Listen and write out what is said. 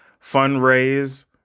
fundraise